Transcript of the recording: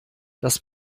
das